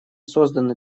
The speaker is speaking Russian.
созданы